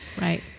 Right